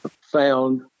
found